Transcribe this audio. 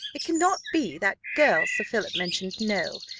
it cannot be that girl sir philip mentioned no,